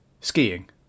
Skiing